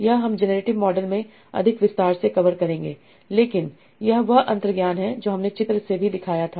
यह हम generative model में अधिक विस्तार से कवर करेंगे लेकिन यह वह अंतर्ज्ञान है जो हमने चित्र से भी दिखाया था